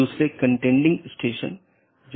दूसरा BGP connection बनाए रख रहा है